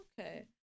okay